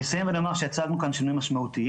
אני אסיים ואני אומר שהצגנו כאן שינויים משמעותיים